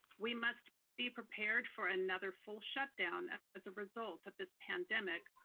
we must be prepared for another full shutdown as a result of this pandemic,